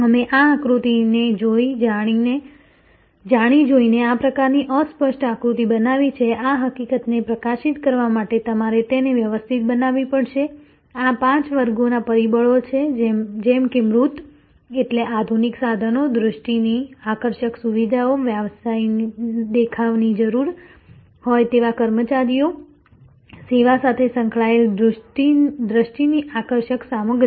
અમે આ આકૃતિને જાણીજોઈને આ પ્રકારની અસ્પષ્ટ આકૃતિ બનાવી છે આ હકીકતને પ્રકાશિત કરવા માટે તમારે તેને વ્યવસ્થિત બનાવવી પડશે આ પાંચ વર્ગોના પરિબળો છે જેમ કે મૂર્ત એટલે આધુનિક સાધનો દૃષ્ટિની આકર્ષક સુવિધાઓ વ્યાવસાયિક દેખાવની જરૂર હોય તેવા કર્મચારીઓ સેવા સાથે સંકળાયેલ દૃષ્ટિની આકર્ષક સામગ્રી